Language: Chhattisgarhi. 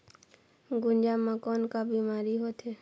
गुनजा मा कौन का बीमारी होथे?